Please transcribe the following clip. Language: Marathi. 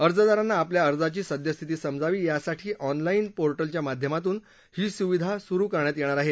अर्जदारांना आपल्या अर्जांची सद्यस्थिती समजावी यासाठी ऑनलाईन पोर्टलच्या माध्यमातून ही सुविधा सुरू करण्यात येणार आहे